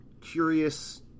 curious